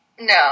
No